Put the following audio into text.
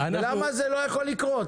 למה זה לא יכול לקרות?